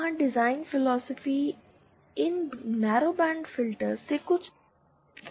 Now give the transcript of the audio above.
वहाँ design philosophy इन narrowband filter से कुछ अलग है